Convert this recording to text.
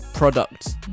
products